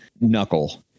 knuckle